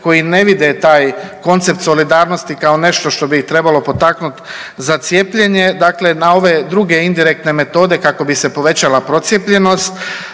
koji ne vide taj koncept solidarnosti kao nešto što bi ih trebalo potaknuti za cijepljenje, dakle na ove druge indirektne metode kako bi se povećala procijepljenost.